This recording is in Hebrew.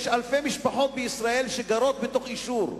יש אלפי משפחות בישראל שגרות בתוך "אישור".